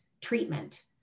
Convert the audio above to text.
treatment